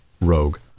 rogue